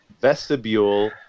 vestibule